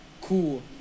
Cool